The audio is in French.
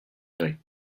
gré